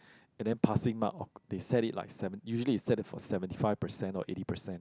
and then passing mark or they set it like seven usually they set it for seven five percent or eighty percent